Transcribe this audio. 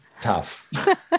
tough